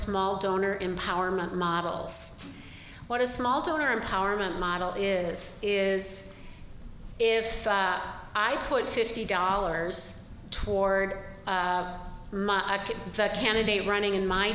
small donor empowerment models what a small donor empowerment model is is if i put fifty dollars toward the candidate running in my